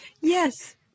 Yes